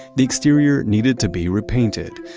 the exterior needed to be repainted.